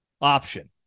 option